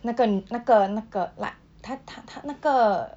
那个那个那个 like 她她她那个